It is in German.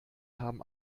haben